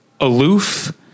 aloof